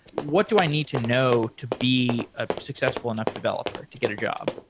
what do i need to know to be a successful enough developer to get a job?